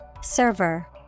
Server